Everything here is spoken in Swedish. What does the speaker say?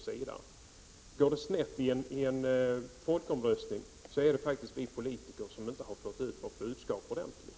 Om det går snett i en folkomröstning, har vi politiker inte fått ut vårt budskap ordentligt.